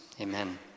amen